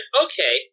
okay